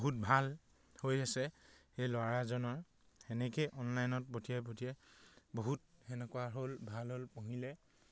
বহুত ভাল হৈ আছে সেই ল'ৰা এজনৰ সেনেকৈয়ে অনলাইনত পঠিয়াই পঠিয়াই বহুত সেনেকুৱা হ'ল ভাল হ'ল পঢ়িলে